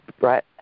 Right